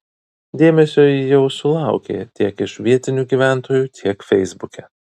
dėmesio ji jau sulaukė tiek iš vietinių gyventojų tiek feisbuke